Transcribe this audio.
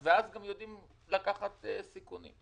למעשה, יש לי תשובות כמעט לכל דבר שעלה,